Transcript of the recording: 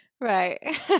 Right